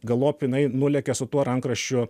galop jinai nulekia su tuo rankraščiu